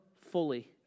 fully